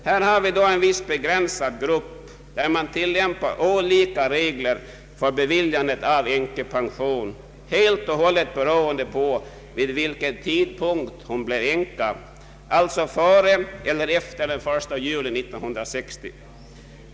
Här har vi alltså en begränsad grupp för vilken tillämpas olika regler vid beviljandet av änkepension helt och hållet beroende på vid vilken tidpunkt vederbörande blivit änka, före eller efter den 1 juli 1960.